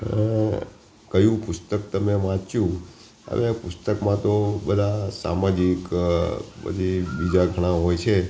અ કયું પુસ્તક તમે વાંચ્યું અને પુસ્તકમાં તો બધા સામાજિક પછી બીજા ઘણાં હોય છે